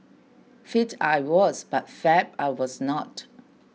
fit I was but fab I was not